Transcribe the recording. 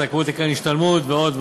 זכאות לקרן השתלמות ועוד.